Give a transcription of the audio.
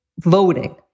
voting